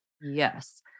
Yes